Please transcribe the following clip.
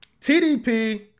TDP